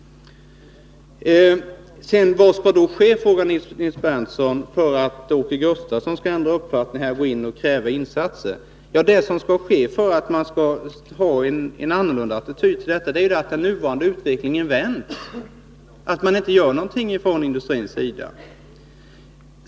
Nils Berndtson frågade vad man skall göra för att Åke Gustavsson ändå skall uppfatta det här och kräva insatser. Det som gjort att man har en annorlunda attityd till detta är att utvecklingen vänts och att man inte gjort någonting från industrins sida.